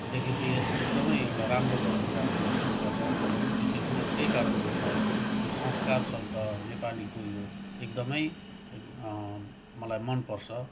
देखि देश एकदमै एउटा राम्रो भएर जान्छ यो संस्कार शब्दले त्यसरी नै त्यही कारणले मलाई यो संस्कार शब्द नेपालीको यो एकदमै मलाई मनपर्छ